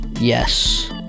Yes